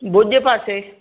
भुॼ पासे